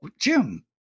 Jim